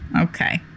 Okay